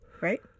right